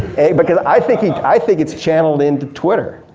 because i think i think it's channeled into twitter.